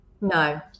no